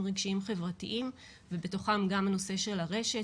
רגשיים חברתיים ובתוכם גם הנושא של הרשת,